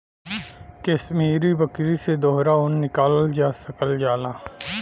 कसमीरी बकरी से दोहरा ऊन निकालल जा सकल जाला